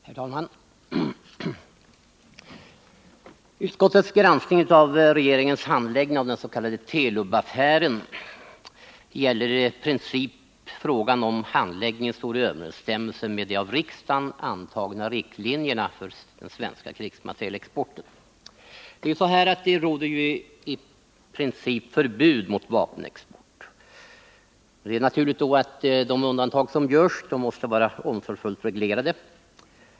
Herr talman! Utskottets granskning av regeringens handläggning av den s.k. Telubaffären gäller frågan om handläggningen står i överensstämmelse med de av riksdagen antagna riktlinjerna för den svenska krigsmaterielexporten. I princip råder ju förbud mot vapenexport. Det är då naturligt att de undantag som görs måste vara omsorgsfullt reglerade.